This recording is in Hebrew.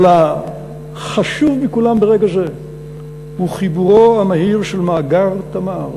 אבל החשוב מכולם ברגע זה הוא חיבורו המהיר של מאגר "תמר",